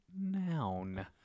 noun